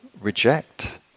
reject